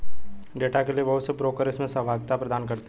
data के लिये बहुत से ब्रोकर इसमें सहभागिता प्रदान करते हैं